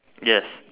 yes